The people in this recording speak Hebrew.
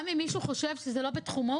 גם אם מישהו חושב שזה לא בתחומו,